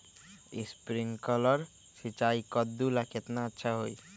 Sprinkler सिंचाई कददु ला केतना अच्छा होई?